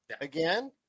again